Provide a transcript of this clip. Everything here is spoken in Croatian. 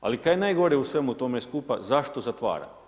Ali, kaj je najgore u svemu tome skupa, zašto zatvara?